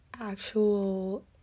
actual